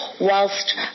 whilst